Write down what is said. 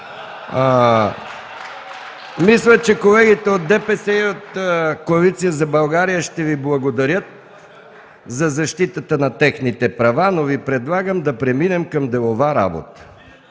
Мисля, че колегите от ДПС и от Коалиция за България ще Ви благодарят за защитата на техните права, но Ви предлагам да преминем към делова работа.